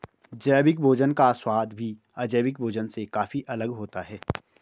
जैविक भोजन का स्वाद भी अजैविक भोजन से काफी अलग होता है